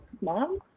Mom